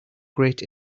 great